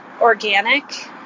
organic